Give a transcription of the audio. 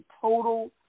total